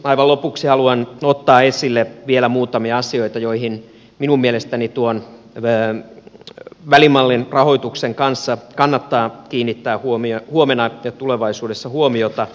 aivan lopuksi haluan ottaa esille vielä muutamia asioita joihin minun mielestäni tuon välimallin rahoituksen kanssa kannattaa kiinnittää huomenna ja tulevaisuudessa huomiota